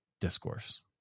discourse